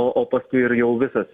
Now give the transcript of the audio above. o o paskui ir jau visas